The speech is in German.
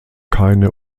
keine